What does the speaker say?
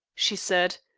she said.